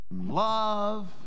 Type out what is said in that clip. love